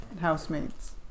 housemates